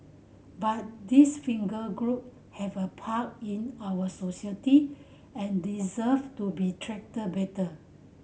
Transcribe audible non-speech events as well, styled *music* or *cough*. but these *unintelligible* group have a part in our society and deserve to be treated better